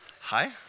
Hi